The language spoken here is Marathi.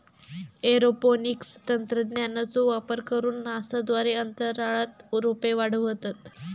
एरोपोनिक्स तंत्रज्ञानाचो वापर करून नासा द्वारे अंतराळात रोपे वाढवतत